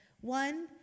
One